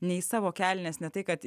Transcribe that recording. ne į savo kelnes ne tai kad